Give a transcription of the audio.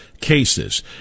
cases